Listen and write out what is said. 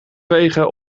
vegen